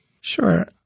Sure